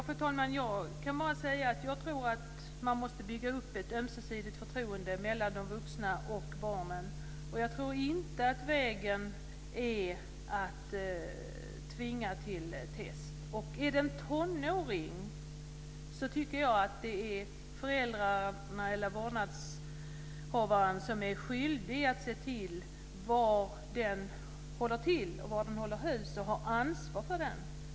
Fru talman! Jag kan bara säga att jag tror att man måste bygga upp ett ömsesidigt förtroende mellan de vuxna och barnen. Jag tror inte att vägen är att tvinga någon till test. Om det är fråga om tonåringar tycker jag att det är föräldrarna eller vårdnadshavarna som är skyldiga att se efter var de håller till och håller hus och att ha ansvar för dem.